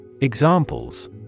Examples